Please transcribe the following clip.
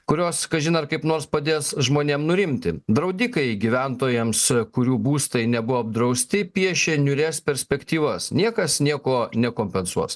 kurios kažin ar kaip nors padės žmonėm nurimti draudikai gyventojams kurių būstai nebuvo apdrausti piešia niūrias perspektyvas niekas nieko nekompensuos